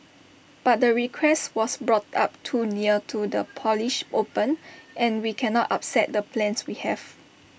but the request was brought up too near to the polish open and we cannot upset the plans we have